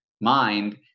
mind